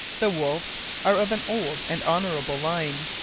the wolfes are of an old and honourable line.